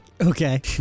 Okay